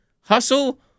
hustle